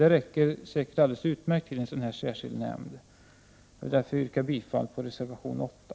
De räcker troligen alldeles utmärkt för en särskild nämnd. Jag yrkar därför bifall till reservation 8.